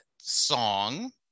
song